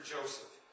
Joseph